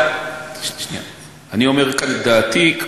אני אומר כאן את דעתי.